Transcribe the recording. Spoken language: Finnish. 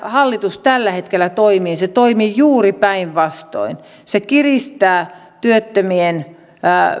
hallitus tällä hetkellä toimii se toimii juuri päinvastoin se kiristää työttömien